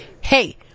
hey